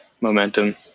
momentum